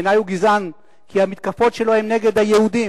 בעיני הוא גזען כי המתקפות שלו הן נגד היהודים.